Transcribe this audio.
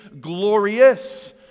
glorious